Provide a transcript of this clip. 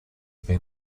been